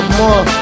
more